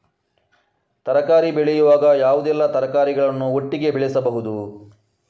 ತರಕಾರಿ ಬೆಳೆಯುವಾಗ ಯಾವುದೆಲ್ಲ ತರಕಾರಿಗಳನ್ನು ಒಟ್ಟಿಗೆ ಬೆಳೆಸಬಹುದು?